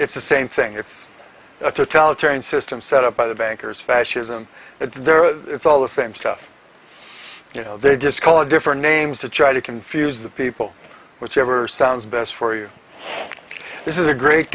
it's the same thing it's a totalitarian system set up by the bankers fascism it's there it's all the same stuff you know they just called different names to try to confuse the people whichever sounds best for you this is a great